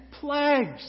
plagues